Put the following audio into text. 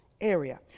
area